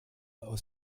aus